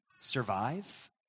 survive